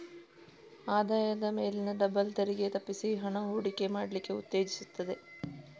ಆದಾಯದ ಮೇಲಿನ ಡಬಲ್ ತೆರಿಗೆ ತಪ್ಪಿಸಿ ಹಣ ಹೂಡಿಕೆ ಮಾಡ್ಲಿಕ್ಕೆ ಉತ್ತೇಜಿಸ್ತದೆ